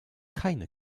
keine